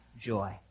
joy